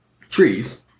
trees